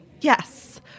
Yes